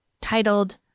titled